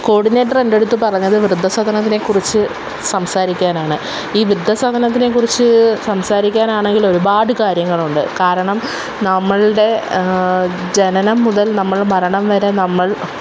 coordinator എൻ്റടുത്ത് പറഞ്ഞത് വൃദ്ധസദനത്തിനെ കുറിച്ച് സംസാരിക്കാനാണ് ഈ വൃദ്ധസദനത്തിനെ കുറിച്ച് സംസാരിക്കാനാണെങ്കിൽ ഒരുപാട് കാര്യങ്ങളുണ്ട് കാരണം നമ്മളുടെ ജനനം മുതൽ നമ്മൾ മരണംവരെ നമ്മൾ